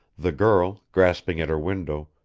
the girl, gasping at her window,